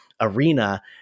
arena